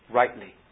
rightly